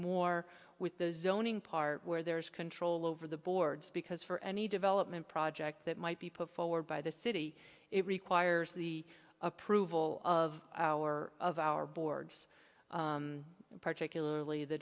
more with those zoning part where there is control over the boards because for any development project that might be put forward by the city it requires the approval of our of our boards particularly the